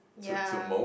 ya